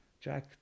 Jack